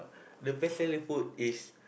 the vegetarian food is